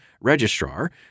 registrar